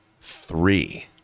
Three